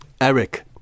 Eric